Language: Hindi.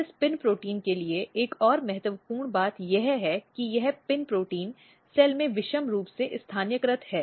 और इस PIN प्रोटीन के लिए एक और महत्वपूर्ण बात यह है कि यह PIN प्रोटीन सेल में विषम रूप से स्थानीयकृत हैं